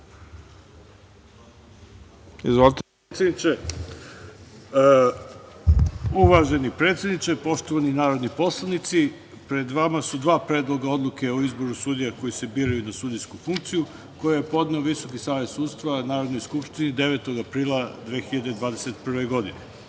**Aleksandar Pantić** Uvaženi predsedniče, poštovani narodni poslanici, pred vama su dva predloga odluke o izboru sudija koji se biraju na sudijsku funkciju, koje je podneo Visoki savet sudstva Narodnoj skupštini 9. aprila 2021. godine. Prvi